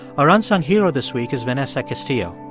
our unsung hero this week is vanessa castillo.